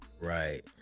right